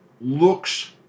looks